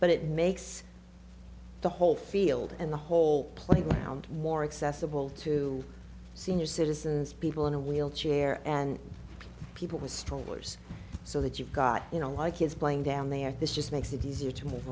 but it makes the whole field and the whole playground more accessible to senior citizens people in a wheelchair and people with strollers so that you've got you know like kids playing down there this just makes it easier to move